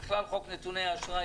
בכלל חוק נתוני אשראי,